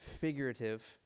figurative